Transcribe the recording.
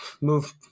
move